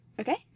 Okay